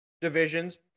divisions